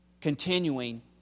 continuing